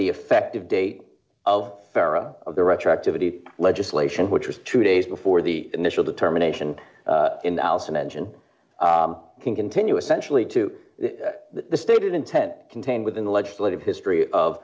the effective date of era of the retroactivity legislation which was two days before the initial determination in the house and engine can continue essentially to the stated intent contained within the legislative